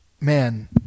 man